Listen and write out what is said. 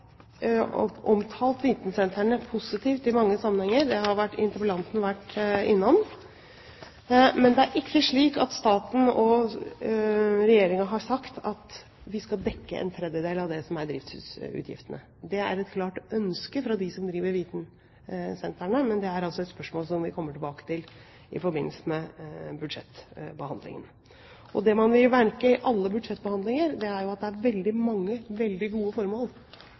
har interpellanten vært innom. Men det er ikke slik at staten og Regjeringen har sagt at vi skal dekke en tredjedel av driftsutgiftene. Det er et klart ønske fra dem som driver vitensentrene, men det er altså et spørsmål som vi kommer tilbake til i forbindelse med budsjettbehandlingen. Det man vil merke i alle budsjettbehandlinger, er at det er veldig mange veldig gode formål